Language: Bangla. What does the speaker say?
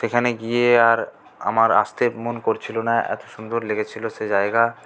সেখানে গিয়ে আর আমার আসতে মন করছিলো না এতো সুন্দর লেগেছিলো সে জায়গা